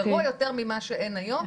גרוע יותר ממה שיש היום,